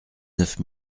neuf